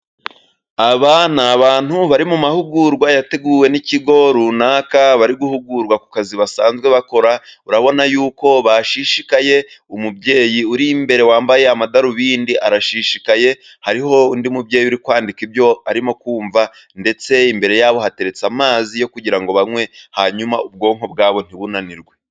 Aba ni abantu bari mu mahugurwa yateguwe n'ikigo runaka, bari guhugurwa ku kazi basanzwe bakora urabona yuko bashishikaye, umubyeyi uri imbere wambaye amadarubindi arashishikaye . Hariho undi mubyeyi uri kwandika ibyo arimo kumva ,ndetse imbere yabo hateretse amazi yo kugira ngo banywe ,hanyuma ubwonko bwabo ntibunanirwe.